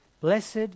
Blessed